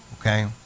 okay